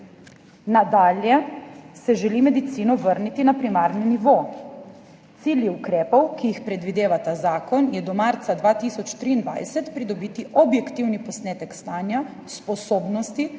nadalje se želi medicino vrniti na primarni nivo. Cilji ukrepov, ki jih predvideva ta zakon, so do marca 2023 pridobiti objektivni posnetek stanja, sposobnosti